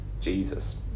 Jesus